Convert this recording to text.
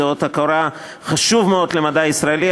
זה אות הוקרה חשוב מאוד למדע הישראלי.